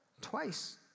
twice